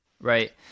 Right